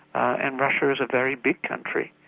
and russia is a very big country.